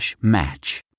match